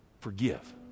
forgive